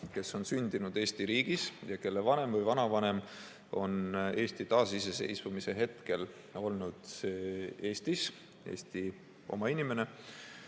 kes on sündinud Eesti riigis ja kelle vanem või vanavanem on Eesti taasiseseisvumise hetkel olnud Eestis, olnud Eesti oma inimene,